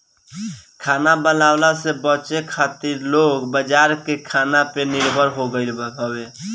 खाना बनवला से बचे खातिर लोग बाजार के खाना पे निर्भर हो गईल हवे